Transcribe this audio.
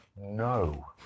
no